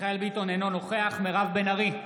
אינו נוכח מירב בן ארי,